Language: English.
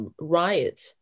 riot